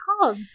called